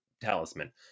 Talisman